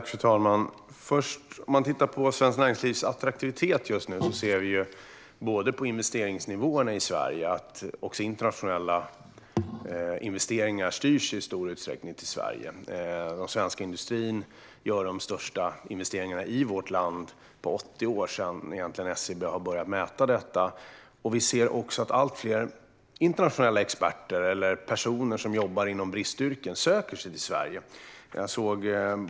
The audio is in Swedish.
Fru talman! Om man tittar på svenskt näringslivs attraktivitet just nu ser vi på investeringsnivåerna i Sverige att också internationella investeringar i stor utsträckning styrs till Sverige. Den svenska industrin gör de största investeringarna i vårt land på 80 år, sedan SCB började mäta detta. Vi ser också att allt fler internationella experter eller personer som jobbar inom bristyrken söker sig till Sverige.